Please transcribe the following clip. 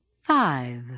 Five